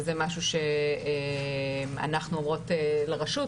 וזה משהו שאנחנו אומרות לרשות,